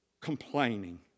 complaining